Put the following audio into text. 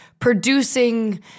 Producing